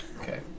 Okay